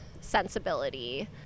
sensibility